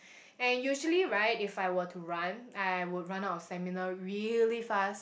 and usually right if I were to run I would run out of stamina really fast